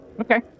okay